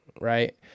right